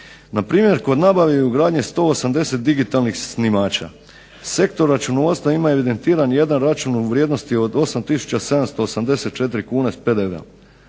Npr. kod nabave i ugradnje 180 digitalnih snimača Sektor računovodstva ima evidentiran jedan račun u vrijednosti od 8 tisuća 784 kune s PDV-om,